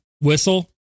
whistle